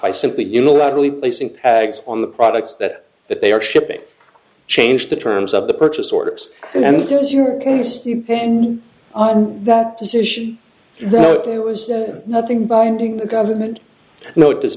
by simply unilaterally placing pags on the products that that they are shipping changed the terms of the purchase orders and do as you can steam pending on that decision there was nothing binding the government note does